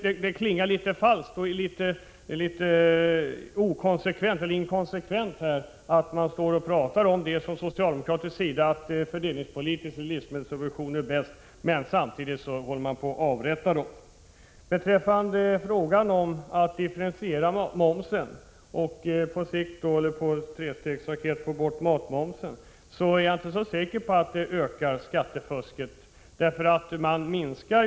Det klingar falskt och är inkonsekvent, när man här från socialdemokratiskt håll talar om att livsmedelssubventioner fördelningspolitiskt är det bästa alternativet, men samtidigt är beredd att göra slut på dessa. Vad gäller frågan om en differentiering av momsen och möjligheterna att på sikt, genom en ”trestegsraket”, avveckla matmomsen är jag inte så säker på att man genom sådana åtgärder ökar skattefusket.